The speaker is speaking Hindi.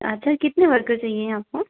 अच्छा कितने वर्कर चाहिए आपको